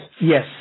Yes